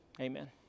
Amen